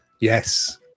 Yes